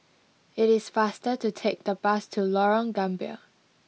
it is faster to take the bus to Lorong Gambir